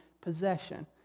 possession